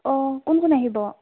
অ কোন কোন আহিব